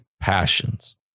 passions